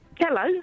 Hello